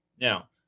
Now